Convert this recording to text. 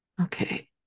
Okay